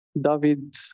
David